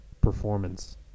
Performance